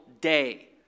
day